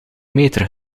meter